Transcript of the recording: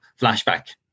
flashback